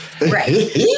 Right